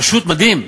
פשוט מדהים.